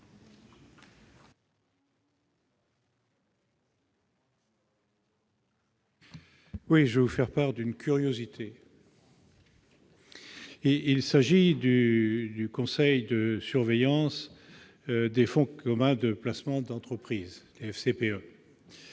de vous vous faire part d'une curiosité concernant les conseils de surveillance des fonds communs de placement d'entreprise, les FCPE,